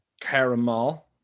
Caramel